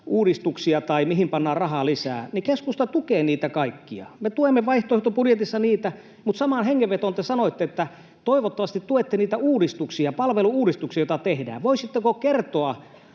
uudistuksia tai niitä, mihin pannaan rahaa lisää, niin keskusta tukee niitä kaikkia. Me tuemme vaihtoehtobudjetissa niitä, mutta samaan hengenvetoon te sanoitte, että toivottavasti tuette niitä palvelu-uudistuksia, joita tehdään. Voisitteko kertoa,